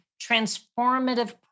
transformative